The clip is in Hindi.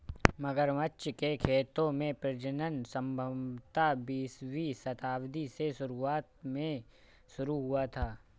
मगरमच्छ के खेतों में प्रजनन संभवतः बीसवीं शताब्दी की शुरुआत में शुरू हुआ था